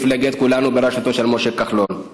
מפלגת כולנו בראשותו של משה כחלון.